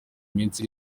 iminsi